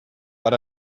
but